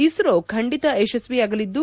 ಇಸ್ತೊ ಖಂಡಿತ ಯಶಸ್ವಿಯಾಗಲಿದ್ದು